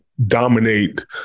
dominate